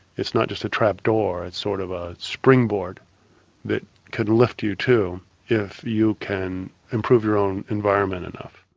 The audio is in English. it's not just trap door it's a sort of a spring board that can lift you too if you can improve your own environment enough.